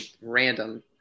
random